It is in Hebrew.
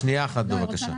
מיכל, שנייה אחת, בבקשה.